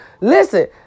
listen